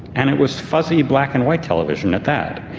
and it was fuzzy black-and-white television at that.